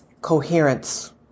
coherence